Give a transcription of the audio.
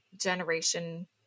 generation